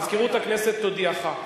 מזכירות הכנסת תודיעך.